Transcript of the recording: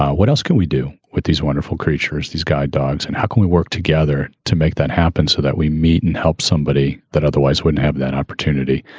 ah what else can we do with these wonderful creatures? these guide dogs? and how can we work together to make that happen so that we meet and help somebody that otherwise wouldn't have that opportunity,